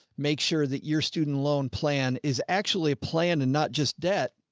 make sure that your student loan plan is actually a plan and not just debt.